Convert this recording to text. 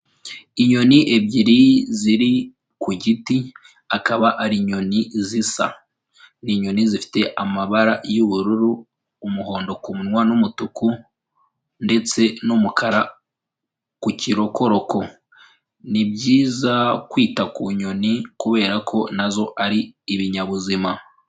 Inyoni ebyiri ziri ku giti, akaba ari inyoni zisa. Ni inyoni zifite amabara y'ubururu, umuhondo ku munwa n'umutuku ndetse n'umukara ku kirokoroko. Ni byiza kwita ku nyoni kubera ko na zo ari ibinyabuzima.